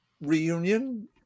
reunion